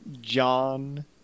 John